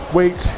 wait